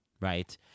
Right